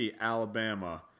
Alabama